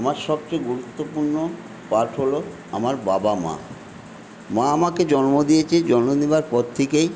আমার সবচেয়ে গুরুত্বপূর্ণ পাঠ হল আমার বাবা মা মা আমাকে জন্ম দিয়েছে জন্ম দেওয়ার পর থেকেই